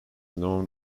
known